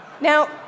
Now